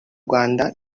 rwanda